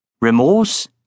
Remorse